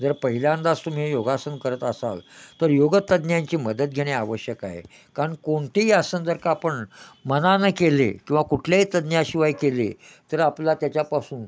जर पहिल्यांदाच तुम्ही योगासन करत असाल तर योग तज्ञांची मदत घेणे आवश्यक आहे कारण कोणतेही आसन जर का आपण मनानं केले किंवा कुठल्याही तज्ञाशिवाय केले तर आपला त्याच्यापासून